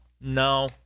no